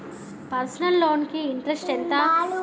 Personal loan కి interest ఎంత?